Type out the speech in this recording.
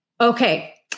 Okay